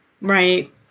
Right